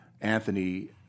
Anthony